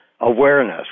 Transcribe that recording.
awareness